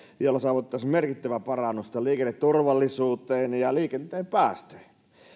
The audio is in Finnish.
jolla saavutettaisiin merkittävää parannusta liikenneturvallisuuteen ja liikenteen päästöihin eikö